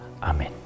Amen